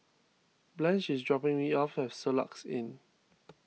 Blanch is dropping me off at Soluxe Inn